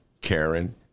Karen